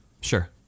sure